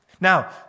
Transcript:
Now